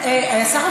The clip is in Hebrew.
עכשיו,